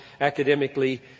academically